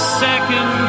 second